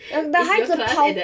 I'm the 孩子跑